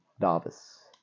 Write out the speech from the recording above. Davis